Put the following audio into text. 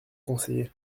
conseiller